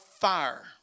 fire